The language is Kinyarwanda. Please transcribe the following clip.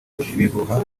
ibihuha